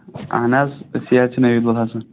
اہن حظ أسی حظ چھِ نویٖد الحَسَن